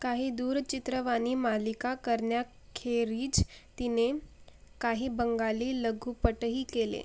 काही दूरचित्रवाणी मालिका करण्याखेरीज तिने काही बंगाली लघुपटही केले